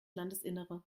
landesinnere